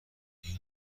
این